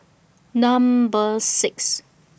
Number six